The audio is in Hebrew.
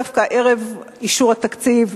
דווקא ערב אישור התקציב,